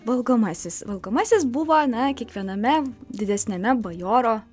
valgomasis valgomasis buvo na kiekviename didesniame bajoro